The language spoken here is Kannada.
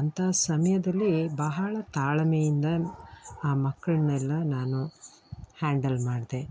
ಅಂಥ ಸಮಯದಲ್ಲಿ ಬಹಳ ತಾಳ್ಮೆಯಿಂದ ಆ ಮಕ್ಕಳನ್ನೆಲ್ಲ ನಾನು ಹ್ಯಾಂಡಲ್ ಮಾಡಿದೆ